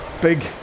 big